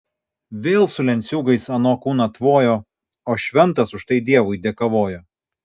vėl su lenciūgais ano kūną tvojo o šventas už tai dievui dėkavojo